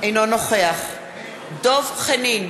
אינו נוכח דב חנין,